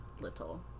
little